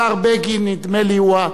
השר בגין, נדמה לי, הוא,